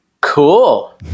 Cool